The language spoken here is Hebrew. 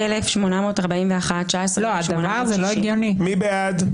19,841 עד 19,860. מי בעד?